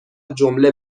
جمله